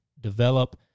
develop